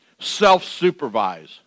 self-supervise